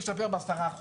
ייסגר ב-10%,